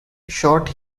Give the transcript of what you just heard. shot